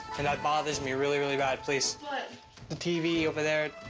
and that bothers me really really bad, please. what? the tv over there.